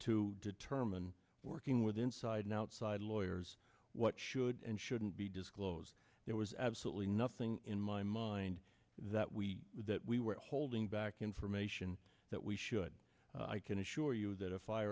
to determine working with inside and outside lawyers what should and shouldn't be disclosed there was absolutely nothing in my mind that we that we were holding back information that we should i can assure you that